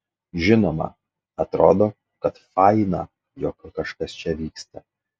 žinoma atrodo kad faina jog kažkas čia vyksta